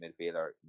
midfielder